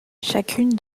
chacune